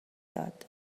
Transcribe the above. داد